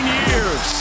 years